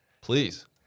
Please